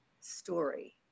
story